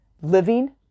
living